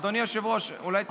אדוני היושב-ראש, אולי תקרא לשקט.